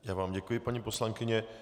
Já vám děkuji, paní poslankyně.